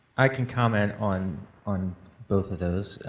i can comment on on both of those.